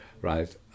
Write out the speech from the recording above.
right